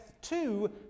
two